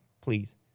please